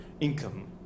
income